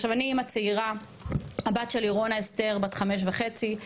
עכשיו אני אמא צעירה הבת שלי רונה אסתר בת חמש וחצי,